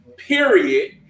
Period